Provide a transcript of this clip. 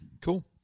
Cool